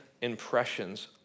impressions